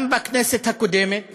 גם בכנסת הקודמת